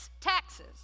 taxes